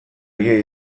egia